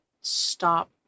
...stop